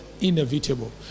Inevitable